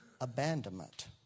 abandonment